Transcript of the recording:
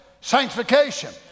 sanctification